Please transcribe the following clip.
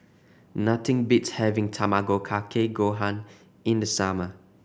nothing beats having Tamago Kake Gohan in the summer